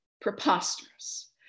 Preposterous